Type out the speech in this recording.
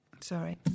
Sorry